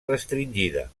restringida